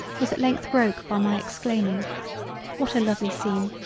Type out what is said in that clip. was at length broke by my exclaiming what a lovely scene!